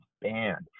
banned